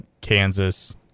Kansas